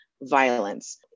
violence